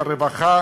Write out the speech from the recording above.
הרווחה,